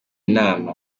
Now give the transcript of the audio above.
nama